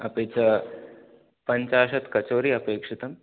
अपि च पञ्चाशत् कचोरि अपेक्षितम्